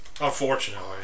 Unfortunately